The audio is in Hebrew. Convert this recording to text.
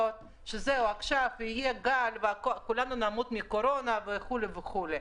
שעכשיו יהיה גל וכולנו נמות מקורונה וכו' וכו'.